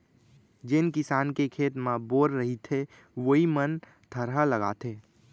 जेन किसान के खेत म बोर रहिथे वोइ मन थरहा लगाथें